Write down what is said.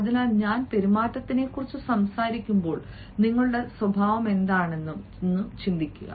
അതിനാൽ ഞാൻ പെരുമാറ്റത്തെക്കുറിച്ച് സംസാരിക്കുമ്പോൾ നിങ്ങളുടെ സ്വഭാവമെന്താണെന്നും ചിന്തിക്കു